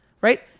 right